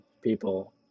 people